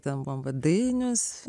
ten buvome vadai nes